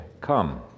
Come